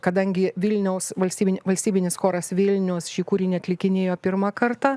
kadangi vilniaus valstybin valstybinis choras vilnius šį kūrinį atlikinėjo pirmą kartą